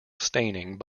staining